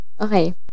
Okay